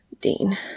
Dean